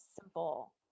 simple